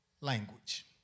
language